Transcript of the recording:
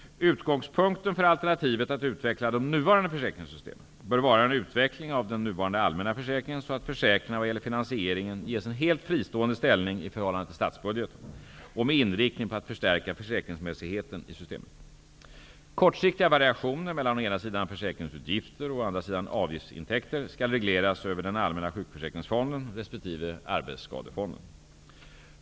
Utgångspunkten för alternativet att utveckla de nuvarande försäkringssystemen bör vara en utveckling av den nuvarande allmänna försäkringen så att försäkringarna vad gäller finansieringen ges en helt fristående ställning i förhållande till statsbudgeten och med inriktning på att förstärka försäkringsmässigheten i systemet. Kortsiktiga variationer mellan å ena sidan försäkringsutgifter och å andra sidan avgiftsintäkter skall regleras över den allmänna sjukförsäkringsfonden resp. arbetsskadefonden.